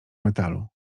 metalu